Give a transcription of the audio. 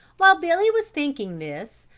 while billy was thinking this,